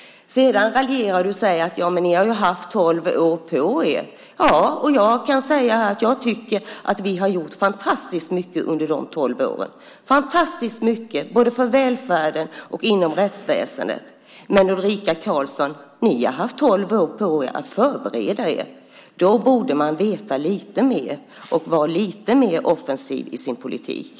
Sedan raljerar du och säger: Ni har ju haft tolv år på er. Ja, och jag kan säga att jag tycker att vi har gjort fantastiskt mycket under de tolv åren, både för välfärden och inom rättsväsendet. Men, Ulrika Karlsson, ni har haft tolv år på er att förbereda er. Då borde man veta lite mer och vara lite mer offensiv i sin politik.